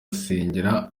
asengera